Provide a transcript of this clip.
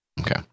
Okay